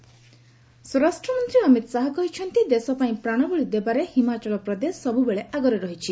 ଅମିତ ଶାହା ସ୍ୱରାଷ୍ଟ୍ରମନ୍ତ୍ରୀ ଅମିତ ଶାହା କହିଛନ୍ତି ଦେଶ ପାଇଁ ପ୍ରାଣବଳୀ ଦେବାରେ ହିମାଚଳ ପ୍ରଦେଶ ସବ୍ବେଳେ ଆଗରେ ରହିଛି